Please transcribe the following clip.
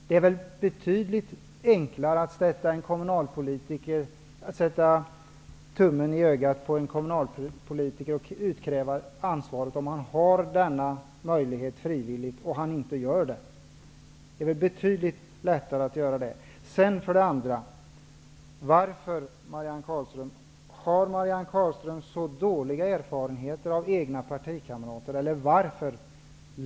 Det är betydligt enklare att sätta tummen i ögat på en kommunalpolitiker och utkräva ansvar om detta är något som är frivilligt, och han inte uppfyller kraven. Har Marianne Carlström så dåliga erfarenheter av sina egna partikamrater?